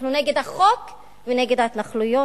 אנחנו נגד החוק ונגד ההתנחלויות,